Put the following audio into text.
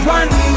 one